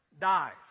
dies